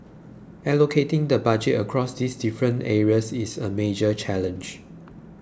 allocating the Budget across these different areas is a major challenge